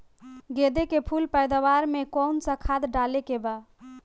गेदे के फूल पैदवार मे काउन् सा खाद डाले के बा?